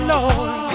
Lord